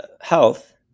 health